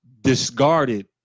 discarded